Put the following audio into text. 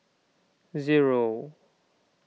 zero